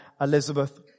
Elizabeth